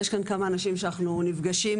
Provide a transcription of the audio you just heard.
יש כאן כמה אנשים שאנחנו נפגשים,